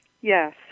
Yes